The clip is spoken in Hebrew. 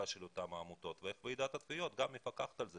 של אותן עמותות ואיך ועידת התביעות מפקחת על זה.